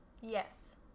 yes